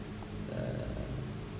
uh